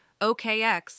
OKX